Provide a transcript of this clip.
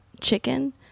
chicken